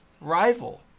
rival